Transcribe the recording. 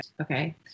Okay